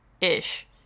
ish